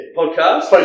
podcast